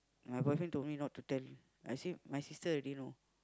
my boyfriend told me not to tell I say my sister already know